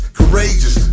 courageous